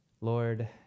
Lord